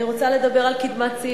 אני רוצה לדבר על קדמת-ציון,